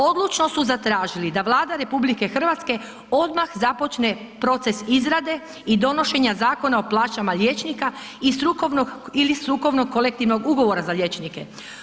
Odlučno su zatražili da Vlada RH odmah započne proces izrade i donošenje zakona o plaćama liječnika i strukovnog ili strukovnog kolektivnog ugovora za liječnike.